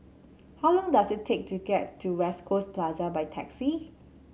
how long does it take to get to West Coast Plaza by taxi